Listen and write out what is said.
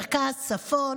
במרכז ובצפון